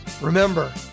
Remember